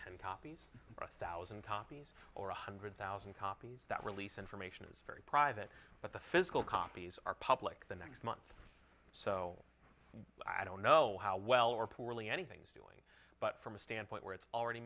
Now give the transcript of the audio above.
ten copies or thousand copies or one hundred thousand copies that release information is very private but the physical copies are public the next month so i don't know how well or poorly anything's doing but from a standpoint where it's already